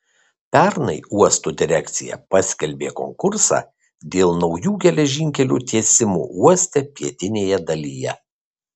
pernai uosto direkcija paskelbė konkursą dėl naujų geležinkelių tiesimo uoste pietinėje dalyje